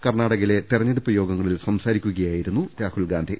കർണാ ടകയിലെ തെരഞ്ഞെടുപ്പ് യോഗങ്ങളിൽ സംസാരിക്കുകയായിരുന്നു രാഹുൽഗാന്ധി